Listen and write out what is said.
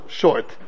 short